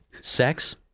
Sex